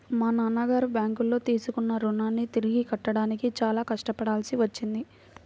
మా నాన్నగారు బ్యేంకులో తీసుకున్న రుణాన్ని తిరిగి కట్టడానికి చాలా కష్టపడాల్సి వచ్చింది